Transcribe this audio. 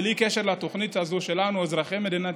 בלי קשר לתוכנית הזו שלנו: אזרחי מדינת